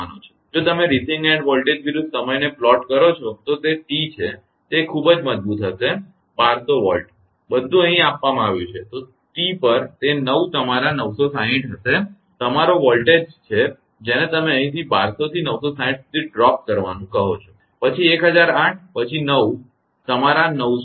જો તમે receiving end voltage વિરુદ્ધ સમય ને પ્લોટ આલેખન કરો છો તો તે T છે તે ખૂબ જ મજબૂત હશે 1200 Volt બધું અહીં આપવામાં આવ્યું છે તો 3T પર તે નવ તમારા 960 હશે તમારો વોલ્ટેજ છે જેને તમે અહીંથી 1200 થી 960 સુધી ડ્રોપ કરવાનુંપડવાનું કહો છો પછી 1008 પછી 9 તમારા 998